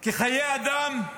כי חיי אדם,